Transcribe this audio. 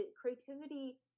creativity